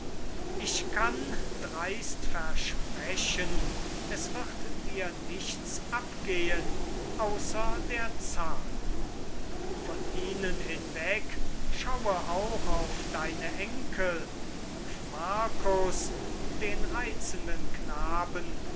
ich kann dreist versprechen es wird dir nichts abgehen außer der zahl von ihnen hinweg schaue auch auf deine enkel auf marcus den reizenden knaben